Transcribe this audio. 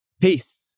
Peace